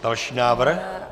Další návrh.